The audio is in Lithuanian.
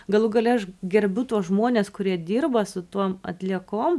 galų gale aš gerbiu tuos žmones kurie dirba su tom atliekom